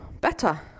better